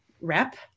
rep